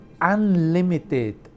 unlimited